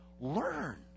Learn